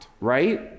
right